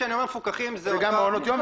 כשאני אומר מפוקחים זה גם מעונות יום,